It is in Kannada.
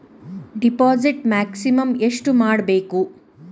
ಡಿಪಾಸಿಟ್ ಮ್ಯಾಕ್ಸಿಮಮ್ ಎಷ್ಟು ಮಾಡಬೇಕು?